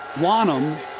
wonnum.